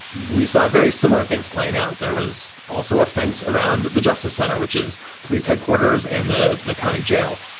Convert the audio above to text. we saw very similar things playing out. there was also a fence around the justice center, which is police headquarters and the county county jail.